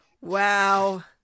Wow